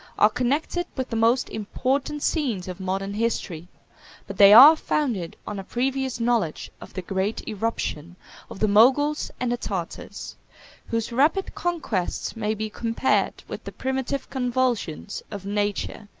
are connected with the most important scenes of modern history but they are founded on a previous knowledge of the great eruption of the moguls and tartars whose rapid conquests may be compared with the primitive convulsions of nature,